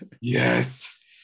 yes